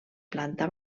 planta